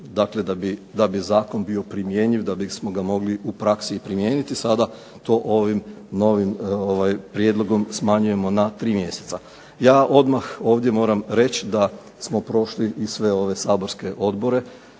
dakle da bi zakon bio primjenjiv, da bismo ga mogli u praksi i primijeniti. Sada to ovim novim prijedlogom smanjujemo na 3 mjeseca. Ja odmah ovdje moram reći da smo prošli i sve ove saborske odbore